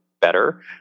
better